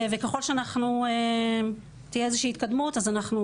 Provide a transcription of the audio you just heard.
וככל שתהיה איזושהי התקדמות אז אנחנו